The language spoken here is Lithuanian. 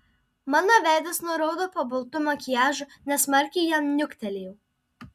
mano veidas nuraudo po baltu makiažu nesmarkiai jam niuktelėjau